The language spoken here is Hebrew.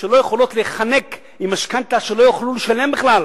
שלא יכולות להיחנק עם משכנתה שלא יוכלו לשלם בכלל.